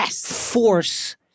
force